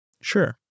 Sure